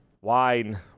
Wine